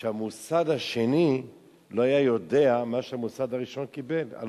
שהמוסד השני לא היה יודע מה שהמוסד הראשון קיבל.